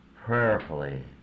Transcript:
prayerfully